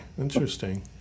Interesting